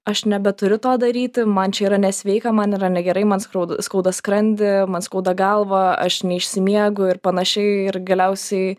aš nebeturiu to daryti man čia yra nesveika man yra negerai man skauda skauda skrandį man skauda galvą aš neišsimiegu ir panašiai ir galiausiai